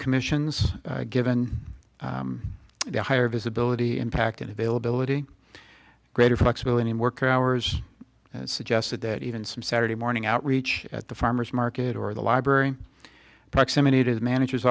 commissions given the higher visibility impact and availability greater flexibility in work hours suggested that even some saturday morning outreach at the farmers market or the library proximity to the manager